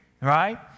right